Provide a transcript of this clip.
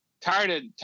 Tired